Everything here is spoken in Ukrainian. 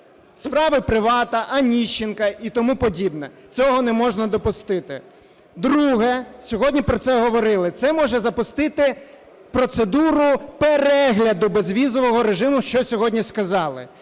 справи "Привата", Онищенка і тому подібне. Цього неможна допустити. Друге. Сьогодні про це говорили, це може запустити процедуру перегляду безвізового режиму, що сьогодні сказали.